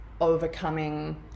overcoming